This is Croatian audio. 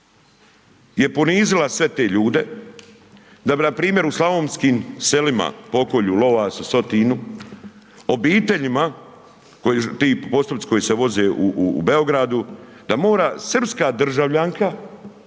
je ponizila sve te ljude, da bi npr. u slavonskim selima, pokolju, Lovasu, Sotinu, obiteljima, koji ti …/Govornik se ne razumije./… koji se voze u Beogradu, da mora srpska državljanka